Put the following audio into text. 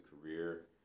career